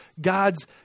God's